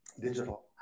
Digital